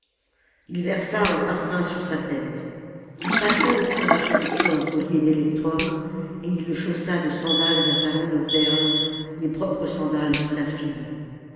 il versa un parfum sur sa tête il passa autour de son cou un collier d'électrum et il le chaussa de sandales à talons de perles les propres sandales de sa fille